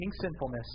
sinfulness